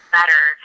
better